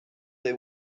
they